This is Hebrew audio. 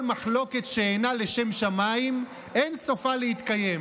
"כל מחלוקת שאינה לשם שמיים אין סופה להתקיים".